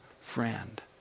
friend